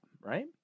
Right